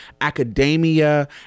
academia